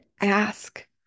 ask